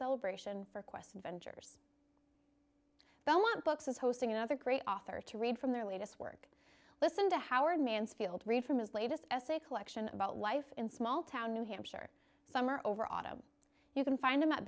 celebration for quest ventures the law books as hosting another great author to read from their latest work listen to howard mansfield read from his latest essay collection about life in small town new hampshire summer over autumn you can find them at